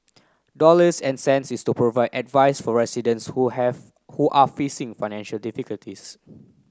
dollars and cents is to provide advice for residents who have who are facing financial difficulties